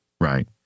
Right